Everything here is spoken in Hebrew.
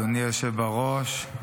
אדוני היושב-ראש,